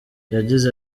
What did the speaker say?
yagize